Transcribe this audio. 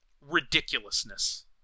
Ridiculousness